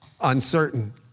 uncertain